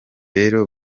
rero